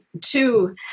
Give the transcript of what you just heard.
two